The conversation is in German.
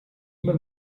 immer